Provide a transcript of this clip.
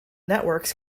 networks